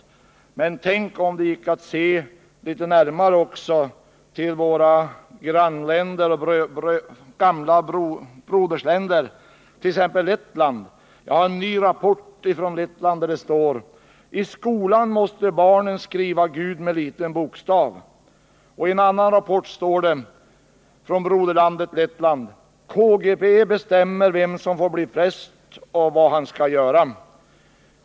Men tänk om det gick att se på litet närmare håll också, till våra gamla broderländer, t.ex. Lettland. Jag har en ny rapport från Lettland, där det står: ”I skolan måste barnen skriva Gud med liten bokstav.” I en annan rapport från broderlandet Lettland står det: KGB bestämmer vem som får bli präst och vad han skall göra.